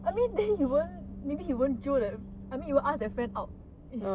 I mean then you won't maybe you won't jio the I mean you won't ask that friend out if